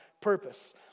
purpose